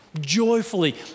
Joyfully